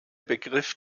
begriff